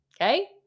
Okay